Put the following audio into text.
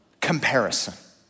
comparison